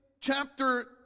chapter